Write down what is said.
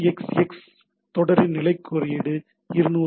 2xx தொடரின் நிலைக் குறியீடு 200 ஆகும்